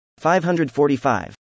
545